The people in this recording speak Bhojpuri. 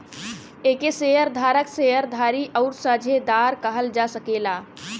एके शेअर धारक, शेअर धारी आउर साझेदार कहल जा सकेला